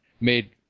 made